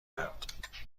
کرد